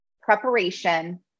preparation